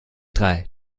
drei